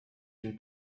une